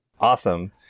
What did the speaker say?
Awesome